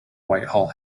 whitehall